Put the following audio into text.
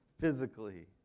Physically